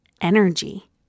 energy